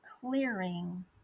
clearing